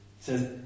says